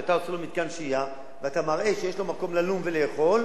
כשאתה עושה לו מתקן שהייה ואתה מראה שיש לו מקום ללון ולאכול,